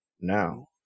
Now